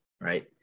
Right